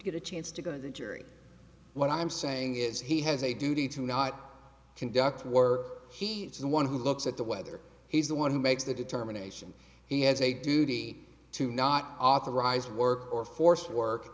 get a chance to go to the jury what i'm saying is he has a duty to not conduct a war he is the one who looks at the whether he is the one who makes the determination he has a duty to not authorize work or forced to work